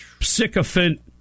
sycophant